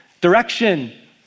direction